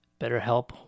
BetterHelp